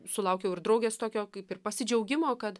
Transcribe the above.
sulaukiau ir draugės tokio kaip ir pasidžiaugimo kad